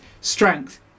Strength